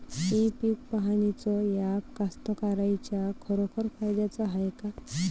इ पीक पहानीचं ॲप कास्तकाराइच्या खरोखर फायद्याचं हाये का?